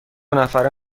نفره